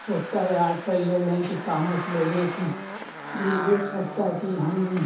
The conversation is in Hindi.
सोचता है आल्ट साइड ले लें कि कामर्स ले लें कि धीरे धीरे सोचता है कि हम